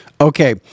Okay